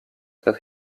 that